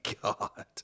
god